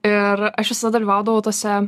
ir aš visada dalyvaudavau tuose